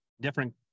different